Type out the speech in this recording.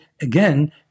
again